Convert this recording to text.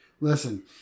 Listen